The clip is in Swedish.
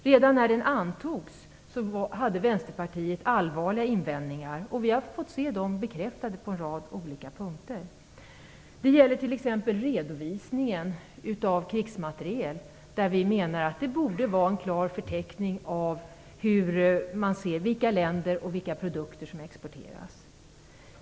Redan när den antogs hade Vänsterpartiet allvarliga invändningar, och vi har fått se dem bekräftade på en rad olika punkter. Det gäller t.ex. redovisningen av krigsmateriel, där vi menar att det borde vara en klar förteckning där man ser till vilka länder exporten sker och vilka produkter som exporteras.